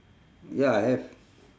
ya I have